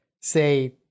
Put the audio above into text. say